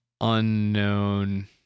unknown